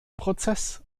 prozess